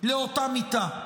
לאותה מיתה.